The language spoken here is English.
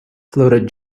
floated